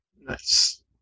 Nice